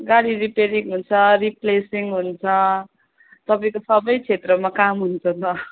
गाडी रिपेरिङ हुन्छ रिप्लेसिङ हुन्छ तपाईँको सबै क्षेत्रमा काम हुन्छ स